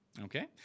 Okay